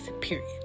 period